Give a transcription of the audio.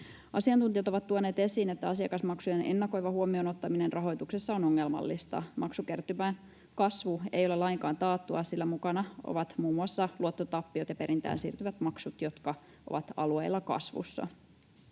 Asiantuntijat ovat tuoneet esiin, että asiakasmaksujen ennakoiva huomioon ottaminen rahoituksessa on ongelmallista. Maksukertymän kasvu ei ole lainkaan taattua, sillä mukana ovat muun muassa luottotappiot ja perintään siirtyvät maksut, jotka ovat alueilla kasvussa.